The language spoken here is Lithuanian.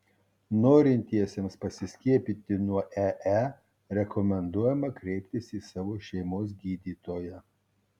norintiesiems pasiskiepyti nuo ee rekomenduojama kreiptis į savo šeimos gydytoją